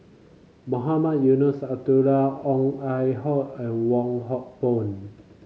Mohamed Eunos Abdullah Ong Ah Hoi and Wong Hock Boon